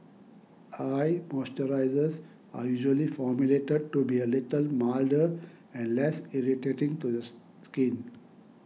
eye moisturisers are usually formulated to be a little milder and less irritating to the skin